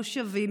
מושבים,